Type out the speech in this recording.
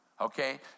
okay